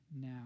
now